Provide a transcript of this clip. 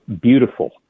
beautiful